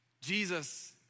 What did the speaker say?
Jesus